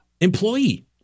employee